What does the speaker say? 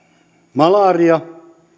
malaria